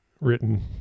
written